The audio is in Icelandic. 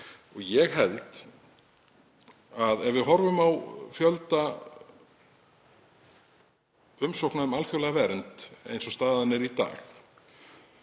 Ég held að ef við horfum á fjölda umsókna um alþjóðlega vernd eins og staðan er í dag